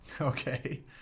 Okay